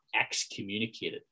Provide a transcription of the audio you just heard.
excommunicated